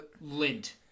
Lint